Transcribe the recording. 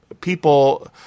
people